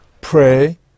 pray